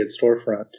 storefront